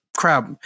Crap